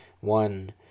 one